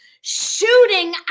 shooting